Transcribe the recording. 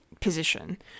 position